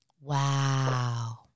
Wow